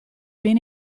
bin